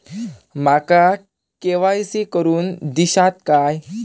माका के.वाय.सी करून दिश्यात काय?